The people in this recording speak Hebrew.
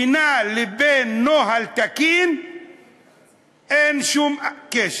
ובינה לבין נוהל תקין אין שום קשר.